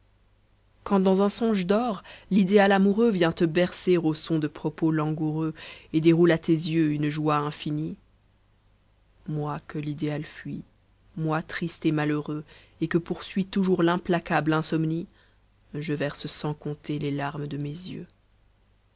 quand dans un songe d'or l'idéal amoureux vient te bercer aux sos de propos langoureux et déroule à tes yeux une joie infinie moi que l'idéal fuit moi triste et malheureux et que poursuit toujours l'implacable insomnie je verse sans compter les larmes de mes yeux